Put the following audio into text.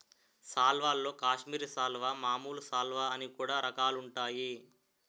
సాల్వల్లో కాశ్మీరి సాలువా, మామూలు సాలువ అని కూడా రకాలుంటాయి